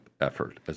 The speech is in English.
effort